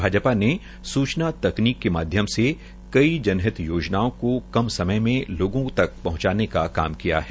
भाजपा ने सूचना तकनीक के माध्यम से कई जनहित योजनाओं को कम समय में लोगों तक पहंचाने का काम किया है